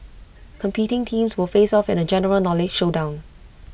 competing teams will face off in A general knowledge showdown